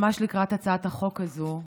ממש לקראת הצעת החוק הזאת,